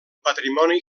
patrimoni